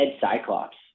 cyclops